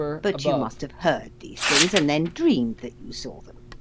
but you must have heard these things, and then dreamed that you saw them.